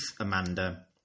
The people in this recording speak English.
Amanda